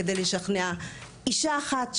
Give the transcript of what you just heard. כדי לשכנע אישה אחת,